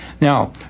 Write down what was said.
Now